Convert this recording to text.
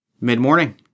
Mid-morning